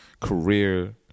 career